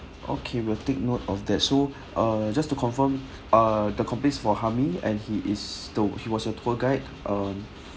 okay we'll take note of that so uh just to confirm uh the complaint is for Hami and he is thought he was your tour guide um